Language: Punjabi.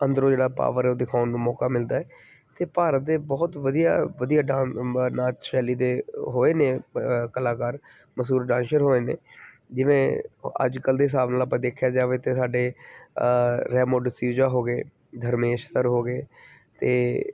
ਅੰਦਰੋਂ ਜਿਹੜਾ ਪਾਵਰ ਉਹ ਦਿਖਾਉਣ ਨੂੰ ਮੌਕਾ ਮਿਲਦਾ ਅਤੇ ਭਾਰਤ ਦੇ ਬਹੁਤ ਵਧੀਆ ਵਧੀਆ ਡਾ ਨਾਚ ਸ਼ੈਲੀ ਦੇ ਹੋਏ ਨੇ ਕਲਾਕਾਰ ਮਸਹੂਰ ਡਾਂਸਰ ਹੋਏ ਨੇ ਜਿਵੇਂ ਅੱਜ ਕੱਲ੍ਹ ਦੇ ਹਿਸਾਬ ਨਾਲ ਆਪਾਂ ਦੇਖਿਆ ਜਾਵੇ ਅਤੇ ਸਾਡੇ ਰੈਮੁ ਡਿਸ਼ੂਜਾ ਹੋ ਗਏ ਧਰਮੇਸ਼ ਸਰ ਹੋ ਗਏ ਤੇ